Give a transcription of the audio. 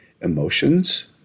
emotions